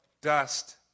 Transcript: dust